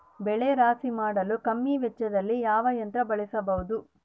ಬೆಳೆ ರಾಶಿ ಮಾಡಲು ಕಮ್ಮಿ ವೆಚ್ಚದಲ್ಲಿ ಯಾವ ಯಂತ್ರ ಬಳಸಬಹುದು?